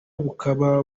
bukaba